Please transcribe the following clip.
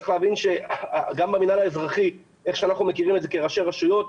צריך להבין שגם במינהל האזרחי איך שאנחנו מכירים את זה כראשי רשויות,